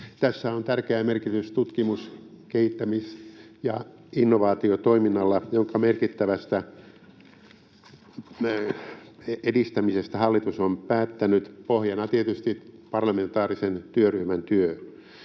Tässä on tärkeä merkitys tutkimus-, kehittämis- ja innovaatiotoiminnalla, jonka merkittävästä edistämisestä hallitus on päättänyt, pohjana tietysti parlamentaarisen työryhmän työ.